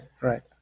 right